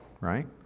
right